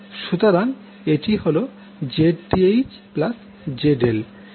সুতরাং এটি হল Zth ZL